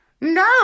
No